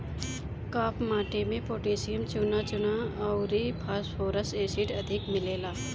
काप माटी में पोटैशियम, चुना, चुना अउरी फास्फोरस एसिड अधिक मिलेला